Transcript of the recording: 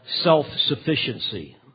self-sufficiency